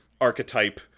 archetype